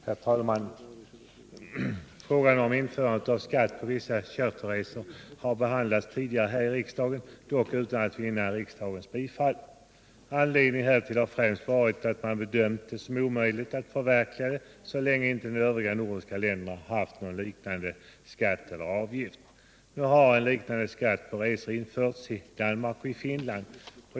Herr talman! Förslag om införande av skatt på vissa charterresor har behandlats tidigare här i riksdagen, dock utan att vinna riksdagens bifall. Anledningen härtill har främst varit att man bedömt det som omöjligt att införa en sådan skatt så länge inte de övriga nordiska länderna haft någonting liknande. Nu har en skatt på resor införts i Danmark och Finland.